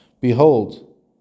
Behold